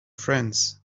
friends